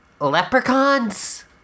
Leprechauns